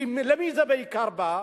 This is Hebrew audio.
ולמי זה בעיקר בא?